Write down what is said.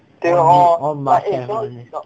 I mean all must have one leh